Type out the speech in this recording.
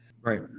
right